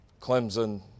Clemson